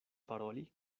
paroli